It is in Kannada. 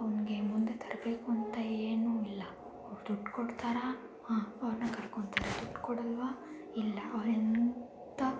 ಅವ್ನಿಗೆ ಮುಂದೆ ತರಬೇಕು ಅಂತ ಏನು ಇಲ್ಲ ಅವರು ದುಡ್ಡು ಕೊಡ್ತಾರಾ ಹಾಂ ಅವ್ರನ್ನ ಕರ್ಕೊತಾರೆ ದುಡ್ಡು ಕೊಡೋಲ್ವಾ ಇಲ್ಲ ಅವ್ರು ಎಂಥಾ